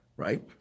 Right